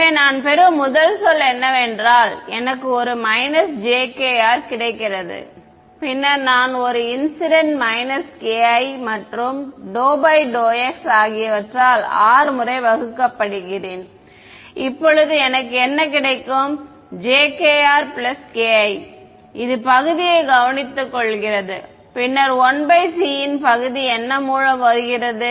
எனவே நான் பெறும் முதல் சொல் என்னவென்றால் எனக்கு ஒரு jkr கிடைக்கிறது பின்னர் நான் ஒரு இன்சிடென்ட் ki மற்றும் ∂∂x ஆகியவற்றில் R முறை வைக்கப்படுகிறேன் இப்போது எனக்கு என்ன கிடைக்கும் jk r k i இது பகுதியை கவனித்துக்கொள்கிறது பின்னர் 1c ன் பகுதி என்ன மூலம் வருகிறது